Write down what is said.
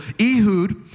Ehud